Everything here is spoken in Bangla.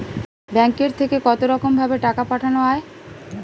ব্যাঙ্কের থেকে কতরকম ভাবে টাকা পাঠানো য়ায়?